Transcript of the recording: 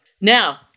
Now